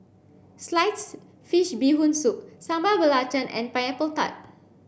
sliced fish bee hoon soup Sambal Belacan and pineapple tart